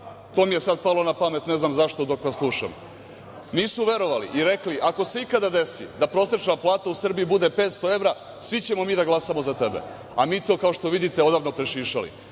To mi je sada palo na pamet, ne znam zašto dok vas slušam. Nisu verovali i rekli - ako se ikada desi da prosečna plata u Srbiji bude 500 evra, svi ćemo mi da glasamo za tebe, a mi to kao što vidite odavno prešišali.